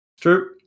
True